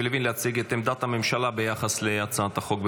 לוין להציג את עמדת הממשלה ביחס להצעת החוק.